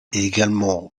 également